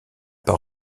par